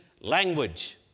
language